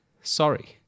sorry